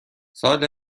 سال